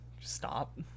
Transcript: stop